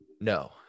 no